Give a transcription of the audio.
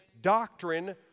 doctrine